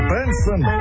Benson